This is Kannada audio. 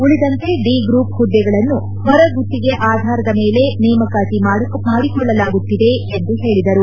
ಉಳಿದಂತೆ ಡಿ ಗ್ರೂಪ್ ಹುದ್ದೆಗಳನ್ನು ಹೊರಗುತ್ತಿಗೆ ಆಧಾರದೆಮೇಲೆ ನೇಮಕಾತಿ ಮಾಡಕೊಳ್ಳಲಾಗುತ್ತಿದೆ ಎಂದು ಹೇಳಿದರು